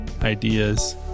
ideas